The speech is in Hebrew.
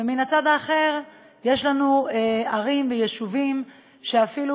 ומן הצד האחר יש לנו ערים ויישובים שאפילו